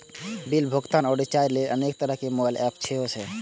bill भुगतान आ recharge लेल अनेक तरहक मोबाइल एप सेहो छै